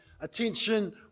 attention